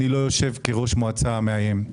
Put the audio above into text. ואני לא יושב כראש מועצה מאיים,